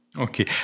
Okay